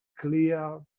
clear